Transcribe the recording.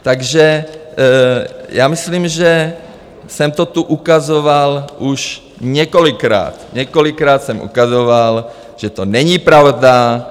Takže já myslím, že jsem to tu ukazoval už několikrát, několikrát jsem ukazoval, že to není pravda.